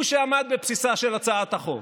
הוא שעמד בבסיסה של הצעת החוק.